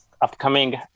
upcoming